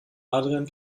adrian